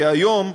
כי היום,